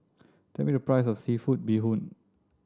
tell me the price of seafood bee hoon